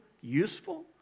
useful